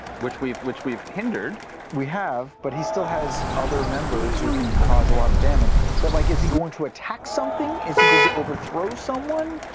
which we've which we've hindered. sam we have, but he still has other members who can cause a lot of damage. but like, is he going to attack something? is he going to overthrow someone?